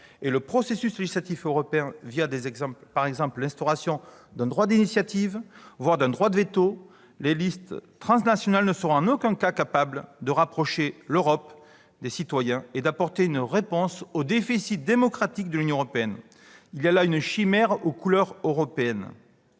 et le processus législatifs européens, par exemple l'instauration d'un droit d'initiative, voire d'un droit de veto, les listes transnationales ne seront en aucun cas capables de rapprocher l'Europe des citoyens et d'apporter une réponse au déficit démocratique de l'Union européenne. Il y a là une chimère aux couleurs européennes.